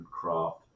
craft